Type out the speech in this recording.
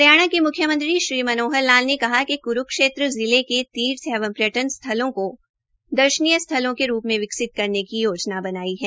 हरियाणा के म्ख्यमंत्री मनोहर लाल ने कहा कि क्रुक्षेत्र जिले के तीर्थ एवं पर्यटन स्थलों को दर्शनीय स्थलों के रुप में विकसित करने की योजना बनाई है